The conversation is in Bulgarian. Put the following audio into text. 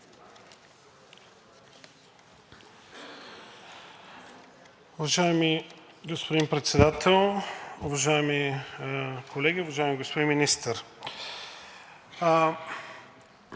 Уважаеми господин Председател, уважаеми колеги, уважаеми господин Министър!